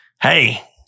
Hey